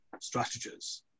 strategies